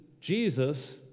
Jesus